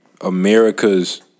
America's